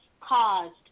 caused